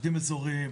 מוקדים אזוריים,